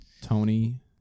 Tony